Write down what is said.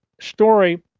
story